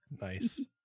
nice